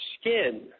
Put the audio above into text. skin